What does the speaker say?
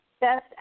best